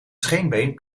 scheenbeen